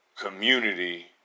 community